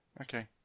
Okay